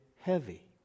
heavy